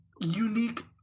unique